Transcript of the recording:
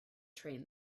train